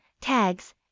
Tags